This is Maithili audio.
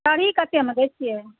सरही कतेमे दै छियै